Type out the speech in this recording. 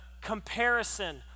comparison